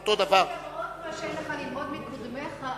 למרות מה שאין לך ללמוד מקודמיך,